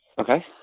Okay